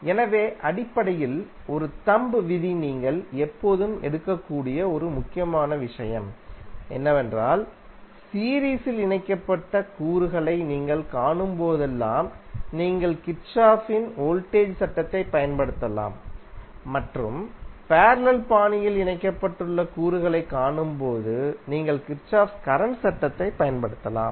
எனவே அடிப்படையில் ஒரு தம்ப் விதியாக நீங்கள் எப்போதும் எடுக்கக்கூடிய ஒரு முக்கியமான விஷயம் என்னவென்றால் சீரீஸில் இணைக்கப்பட்ட கூறுகளை நீங்கள் காணும்போதெல்லாம் நீங்கள் கிர்ச்சோஃப்பின் வோல்டேஜ் சட்டத்தைப் பயன்படுத்தலாம் மற்றும் பேரலல் பாணியில் இணைக்கப்பட்ட கூறுகளைக் காணும்போது நீங்கள் கிர்ச்சோஃப்பின் கரண்ட் சட்டத்தைப் பயன்படுத்தலாம்